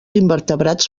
invertebrats